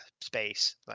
space